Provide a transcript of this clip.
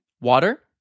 water